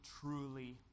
truly